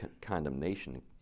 condemnation